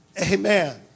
Amen